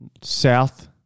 South